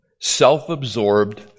self-absorbed